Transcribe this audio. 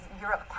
Europe